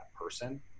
person